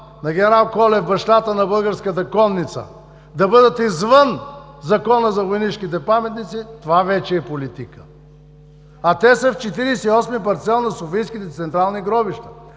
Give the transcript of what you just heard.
на ген. Колев – бащата на българската конница, да бъдат извън Закона за войнишките паметници, това вече е политика. А те са в 48-и парцел на Софийските централни гробища.